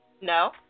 No